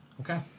Okay